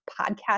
podcast